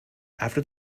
after